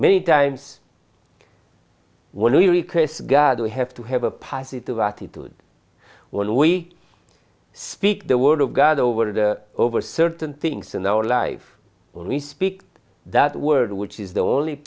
many times when we request god we have to have a positive attitude when we speak the word of god over the over certain things in our life when we speak that word which is the only